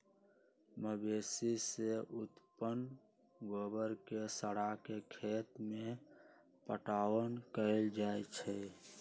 मवेशी से उत्पन्न गोबर के सड़ा के खेत में पटाओन कएल जाइ छइ